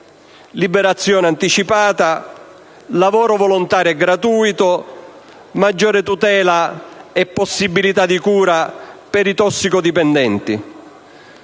liberazione anticipata, lavoro volontario e gratuito, maggiore tutela e possibilità di cura per i tossicodipendenti.